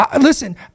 listen